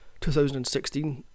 2016